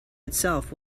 itself